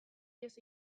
ihes